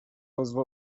عضو